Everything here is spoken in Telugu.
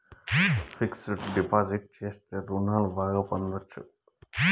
ఫిక్స్డ్ డిపాజిట్ చేస్తే రుణాలు బాగా పొందొచ్చు